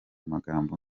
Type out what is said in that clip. magambo